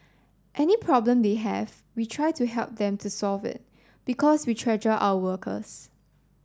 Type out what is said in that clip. any problem they have we try to help them to solve it because we treasure our workers